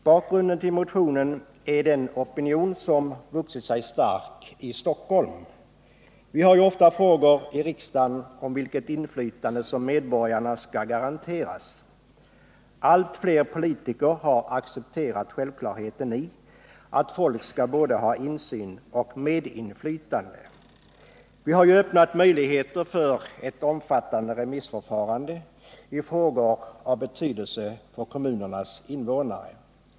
Bakgrunden till motionen är den opinion som vuxit sig stark i Stockholm. Vi har ofta frågor i riksdagen om vilket inflytande som medborgarna skall garanteras. Allt fler politiker har accepterat självklarheten i att folk skall ha både insyn och medinflytande. Vi har öppnat möjligheter för ett omfattande remissförfarande i frågor av betydelse för kommunernas invånare.